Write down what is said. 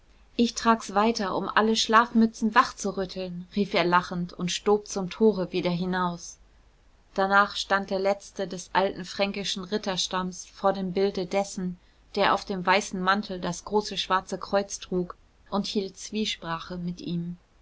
ich trag's weiter um alle schlafmützen wach zu rütteln rief er lachend und stob zum tore wieder hinaus danach stand der letzte des alten fränkischen ritterstamms vor dem bilde dessen der auf dem weißen mantel das große schwarze kreuz trug und hielt zwiesprache mit ihm